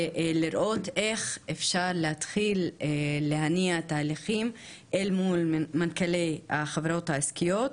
ולראות איך אפשר להתחיל להניע תהליכים אל מול מנכ"לי החברות העסקיות,